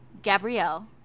Gabrielle